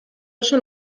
schon